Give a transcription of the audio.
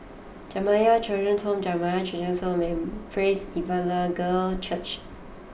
Jamiyah Children's Home Jamiyah Children's Home and Praise Evangelical Church